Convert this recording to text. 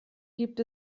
gibt